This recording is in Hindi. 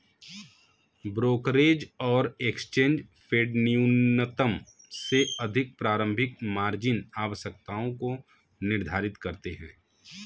ब्रोकरेज और एक्सचेंज फेडन्यूनतम से अधिक प्रारंभिक मार्जिन आवश्यकताओं को निर्धारित करते हैं